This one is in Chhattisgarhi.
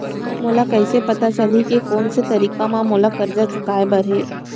मोला कइसे पता चलही के कोन से तारीक म मोला करजा चुकोय बर हे?